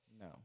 No